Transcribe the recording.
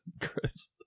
Chris